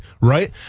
right